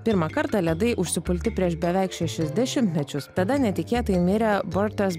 pirmą kartą ledai užsipulti prieš beveik šešis dešimtmečius tada netikėtai mirė bortas